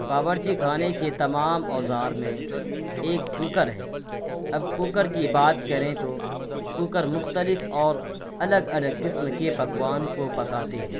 باورچی خانے کے تمام اوزار میں ایک کوکر ہے اب کوکر کی بات کریں تو کوکر مختلف اور الگ الگ قسم کے پکوان کو پکاتے ہیں